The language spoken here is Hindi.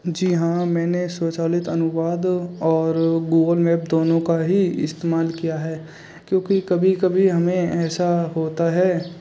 जी हाँ मैंने स्वचालित अनुवाद और गूगल मैप दोनों का ही इस्तेमाल किया है क्योंकि कभी कभी हमें ऐसा होता है